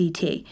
CT